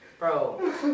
Bro